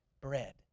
bread